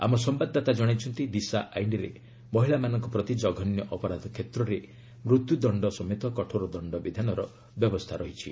ଆମ ସମ୍ଭାଦଦାତା ଜଣାଇଛନ୍ତି' ଦିଶା ଆଇନରେ ମହିଳାମାନଙ୍କ ପ୍ରତି ଜଘନ୍ୟ ଅପରାଧ କ୍ଷେତ୍ରରେ ମୃତ୍ୟଦଣ୍ଡ ସମେତ କଠୋର ଦଣ୍ଡବିଧାନର ବ୍ୟବସ୍ଥା ରହିଛି